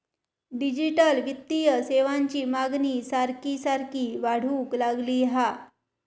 digital वित्तीय सेवांची मागणी सारखी सारखी वाढूक लागली हा